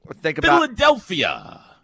Philadelphia